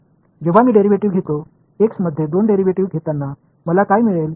जेव्हा मी डेरिव्हेटिव्ह घेतो एक्स मध्ये दोन डेरिव्हेटिव्ह्ज घेताना मला काय मिळेल